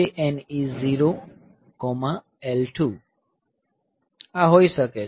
CJNE 0 L 2 આ હોઈ શકે છે